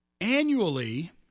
annually